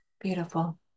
Beautiful